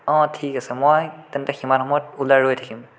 অঁ ঠিক আছে মই তেন্তে সিমান সময়ত ওলাই ৰৈ থাকিম